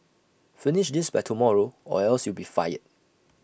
finish this by tomorrow or else you'll be fired